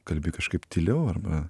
kalbi kažkaip tyliau arba